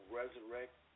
resurrect